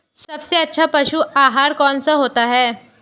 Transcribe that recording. सबसे अच्छा पशु आहार कौन सा होता है?